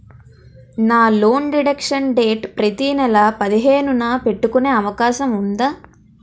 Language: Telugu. నా లోన్ డిడక్షన్ డేట్ ప్రతి నెల పదిహేను న పెట్టుకునే అవకాశం ఉందా?